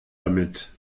damit